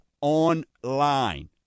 online